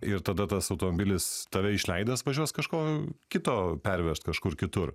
ir tada tas automobilis tave išleidęs važiuos kažko kito pervežt kažkur kitur